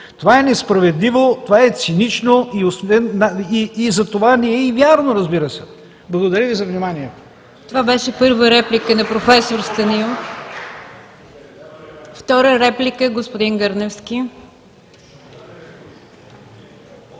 Това е несправедливо, това е цинично и за това не е вярно, разбира се. Благодаря Ви за вниманието.